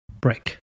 break